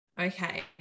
Okay